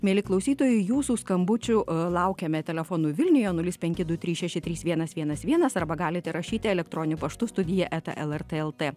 mieli klausytojai jūsų skambučių laukiame telefonu vilniuje nulis penki du trys šeši trys vienas vienas vienas arba galite rašyti elektroniniu paštu studija eta lrt lt